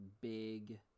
big